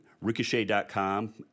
Ricochet.com